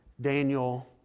Daniel